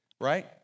right